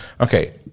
Okay